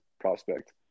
prospect